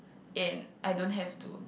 and I don't have to